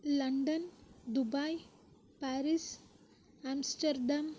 London Dubai Paris Amsterdam